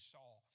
Saul